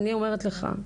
אני אומרת לך,